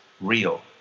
real